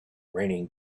raining